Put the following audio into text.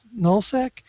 Nullsec